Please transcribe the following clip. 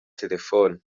telephone